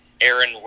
aaron